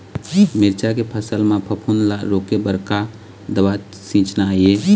मिरचा के फसल म फफूंद ला रोके बर का दवा सींचना ये?